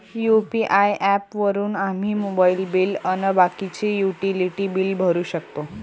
UPI app वापरून आम्ही mobile bill अन बाकीचे युटिलिटी बिल भरू शकतो